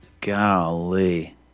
Golly